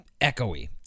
echoey